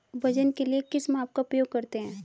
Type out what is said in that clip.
वजन के लिए किस माप का उपयोग करते हैं?